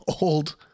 old